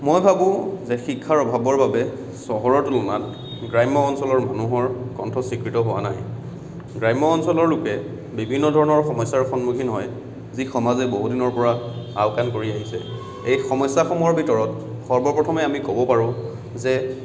মই ভাবোঁ যে শিক্ষাৰ অভাৱৰ বাবে চহৰৰ তুলনাত গ্ৰাম্য় অঞ্চলৰ মানুহৰ কণ্ঠ স্বীকৃত হোৱা নাই গ্ৰাম্য় অঞ্চলৰ লোকে বিভিন্ন ধৰণৰ সমস্যাৰ সন্মুখীন হয় যি সমাজে বহুদিনৰপৰা আওকাণ কৰি আহিছে এই সমস্য়াসমূহৰ ভিতৰত সৰ্বপ্ৰথমে আমি ক'ব পাৰোঁ যে